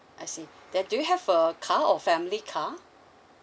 I see then do you have a car or family car